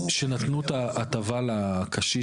כשנתנו את ההטבה לקשיש,